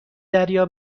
دریا